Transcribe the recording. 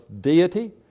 deity